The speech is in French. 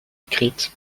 écrite